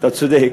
אתה צודק.